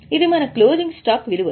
ఇది మన closing stock విలువ